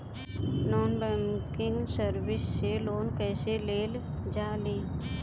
Non banking service से loan कैसे लेल जा ले?